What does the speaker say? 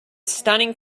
stunning